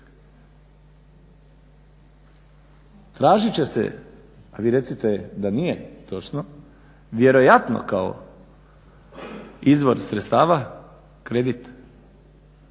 Tražit će se, a vi recite da nije točno, vjerojatno kao izvor sredstava kredit